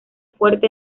fuerte